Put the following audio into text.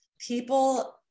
People